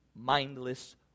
mindless